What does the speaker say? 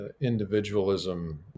individualism